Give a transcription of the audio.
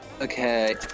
okay